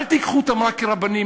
אל תיקחו אותם רק כרבנים,